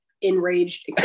enraged